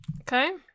Okay